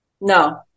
No